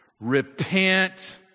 Repent